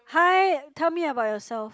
hi tell me about yourself